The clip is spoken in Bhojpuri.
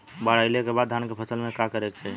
बाढ़ आइले के बाद धान के फसल में का करे के चाही?